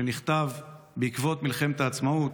שנכתב בעקבות מלחמת העצמאות,